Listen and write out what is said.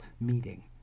meeting